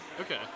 Okay